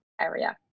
area